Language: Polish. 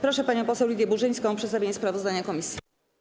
Proszę panią poseł Lidię Burzyńską o przedstawienie sprawozdania komisji.